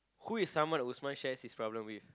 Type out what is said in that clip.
who is someone who would so much share his problems with